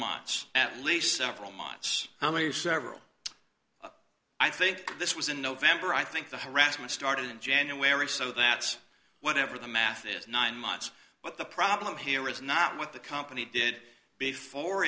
months at least several months how many are several i think this was in november i think the harassment started in january so that's whatever the math is nine months but the problem here is not what the company did before